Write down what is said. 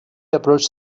approached